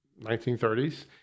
1930s